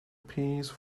piece